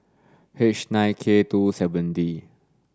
H nine K two seven D